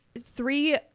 three